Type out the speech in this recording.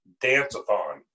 dance-a-thon